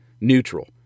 neutral